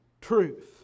truth